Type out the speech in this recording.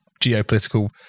geopolitical